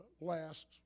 last